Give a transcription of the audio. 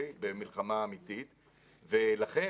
לכן,